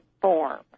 form